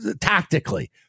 Tactically